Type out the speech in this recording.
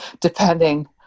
depending